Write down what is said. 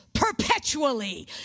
perpetually